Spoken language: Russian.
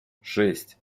шесть